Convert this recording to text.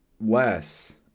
less